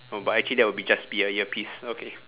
but actually that will be just be a earpiece okay